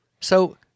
So-